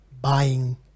buying